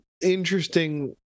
interesting